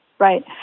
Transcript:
Right